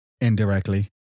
Indirectly